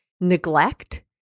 neglect